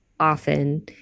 often